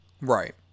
Right